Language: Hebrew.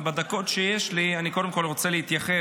אבל בדקות שיש לי אני קודם כול רוצה להתייחס,